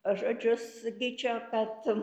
žodžius gyčio kad